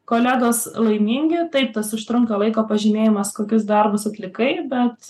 kolegos laimingi taip tas užtrunka laiko pažymėjimas kokius darbus atlikai bet